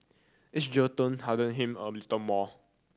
each jail term hardened him a little more